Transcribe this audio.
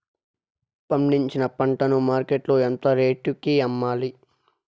పండించిన పంట ను మార్కెట్ లో ఎంత రేటుకి అమ్మాలి?